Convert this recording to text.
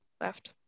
left